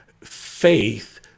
faith